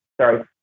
sorry